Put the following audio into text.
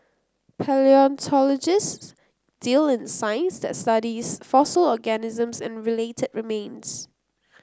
palaeontologists deal in science that studies fossil organisms and related remains